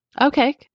Okay